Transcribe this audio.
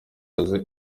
aze